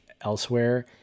elsewhere